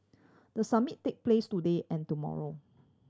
the summit take place today and tomorrow